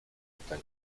pytań